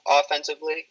offensively